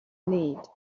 need